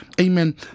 amen